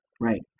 right